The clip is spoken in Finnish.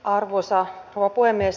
arvoisa rouva puhemies